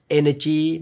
energy